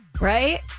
right